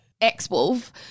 x-wolf